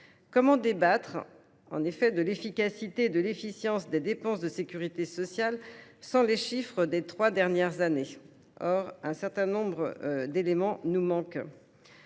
Comment débattre de l’efficacité et de l’efficience des dépenses de sécurité sociale sans les chiffres des trois dernières années ? Un certain nombre d’éléments nous manquent.